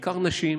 ובעיקר נשים